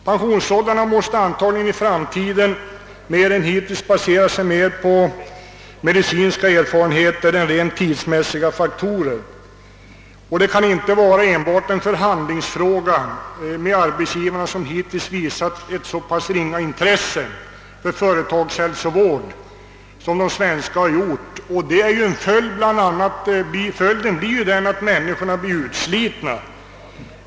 Pensionsåldern måste i framtiden antagligen mer än hittills basera sig på medicinska erfarenheter i stället för rent tidsmässiga faktorer. Det kan inte vara enbart en förhandlingsfråga med arbetsgivarna, vilka hittills visat ett så pass ringa intresse för företagshälsovård som de svenska arbetsgivarna har gjort. Följden är bl.a. den att människorna blir utslitna.